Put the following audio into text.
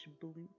blue